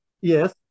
Yes